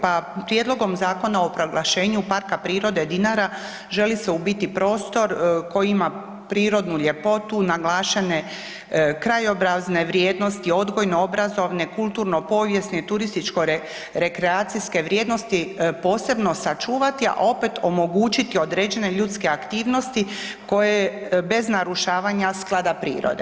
Pa Prijedlogom Zakona o proglašenju Parka prirode Dinara želi se u biti prostor koji ima prirodnu ljepotu, naglašene krajobrazne vrijednosti, odgojno-obrazovne, kulturno-povijesne, turističko-rekreacijske vrijednosti, posebno sačuvati, a opet, omogućiti određene ljudske aktivnosti koje bez narušavanja sklada prirode.